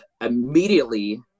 immediately